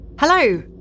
Hello